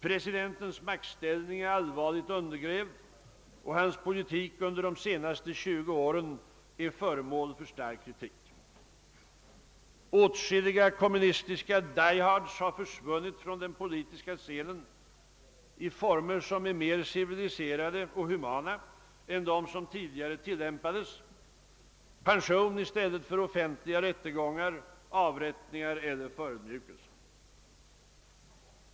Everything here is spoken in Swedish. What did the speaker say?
Presidentens maktställning är allvarligt undergrävd, och hans politik under de senaste 20 åren är föremål för stark kritik. Åtskilliga kommunistiska »diehards» har försvunnit från den politiska scenen i former som är mer civiliserade och humana än de som tidigare tillämpades — pension i stället för offentliga rättegångar, avrättningar eller förödmjukelser.